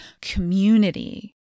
community